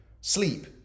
Sleep